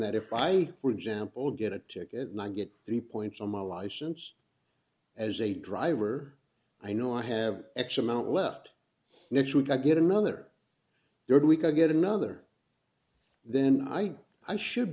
that if i for example get a ticket and i get three points on my license as a driver i know i have x amount left next week i get another rd week i get another then i i should